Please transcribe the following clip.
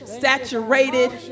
saturated